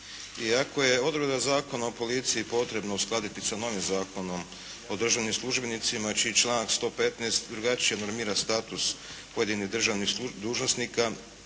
Iako je odredbu Zakona o policiji potrebno uskladiti sa novim Zakonom o državnim službenicima čiji članak 115. drugačije normira status pojedinih državnih dužnosnika